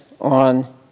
on